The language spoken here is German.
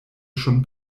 schon